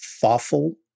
thoughtful